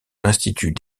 l’institut